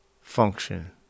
function